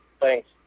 Thanks